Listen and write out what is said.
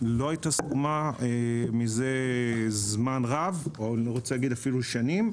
לא הייתה סתומה מזה זמן רב או אפילו שנים,